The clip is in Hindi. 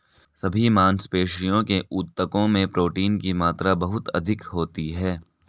सभी मांसपेशियों के ऊतकों में प्रोटीन की मात्रा बहुत अधिक होती है